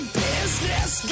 business